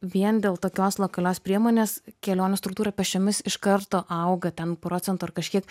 vien dėl tokios lokalios priemonės kelionių struktūra pėsčiomis iš karto auga ten procentu ar kažkiek